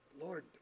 Lord